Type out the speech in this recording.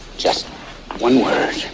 just one word.